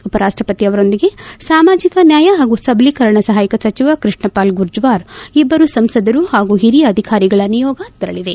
ಉಪರಾಷ್ಟಪತಿ ಅವರೊಂದಿಗೆ ಸಾಮಾಜಿಕ ನ್ಯಾಯ ಹಾಗೂ ಸಬಲೀಕರಣ ಸಹಾಯಕ ಸಚಿವ ಕೃಷ್ಣನ್ಪಾಲ್ ಗುರ್ಜ್ಜಾರ್ ಇಬ್ಬರು ಸಂಸದರು ಹಾಗೂ ಹಿರಿಯ ಅಧಿಕಾರಿಗಳ ನಿಯೋಗ ತೆರಳಿದೆ